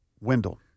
Wendell